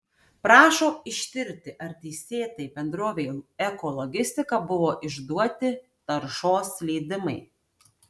prašo ištirti ar teisėtai bendrovei ekologistika buvo išduoti taršos leidimai